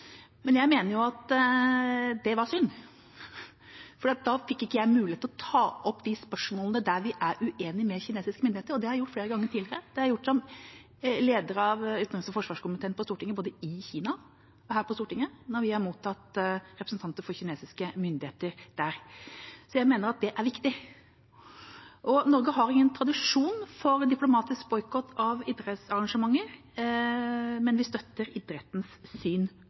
men jeg mener at det var synd, for da fikk jeg ikke muligheten til å ta opp de spørsmålene der vi er uenige med kinesiske myndigheter. Det har jeg gjort flere ganger tidligere. Det har jeg gjort som leder av utenriks- og forsvarskomiteen på Stortinget, både i Kina og her på Stortinget når vi har mottatt representanter for kinesiske myndigheter. Så jeg mener at det er viktig. Norge har ingen tradisjon for diplomatisk boikott av idrettsarrangementer, men vi støtter idrettens syn